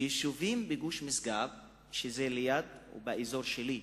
שיישובים בגוש משגב, שזה ליד האזור שלי,